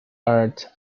arts